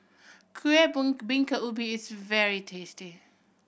kuih bingka ubi is very tasty